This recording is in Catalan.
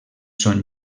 són